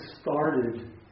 started